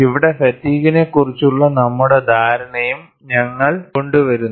ഇവിടെ ഫാറ്റിഗ്ഗിനെക്കുറിച്ചുള്ള നമ്മുടെ ധാരണയും ഞങ്ങൾ കൊണ്ടുവരുന്നു